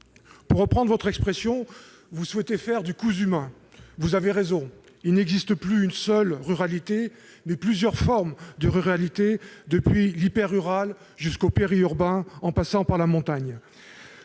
Pour reprendre votre expression, vous souhaitez faire du « cousu main ». Vous avez raison : il existe non plus une seule ruralité, mais plusieurs formes de ruralité, depuis l'hyper-rural jusqu'au périurbain en passant par la montagne.